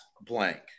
blank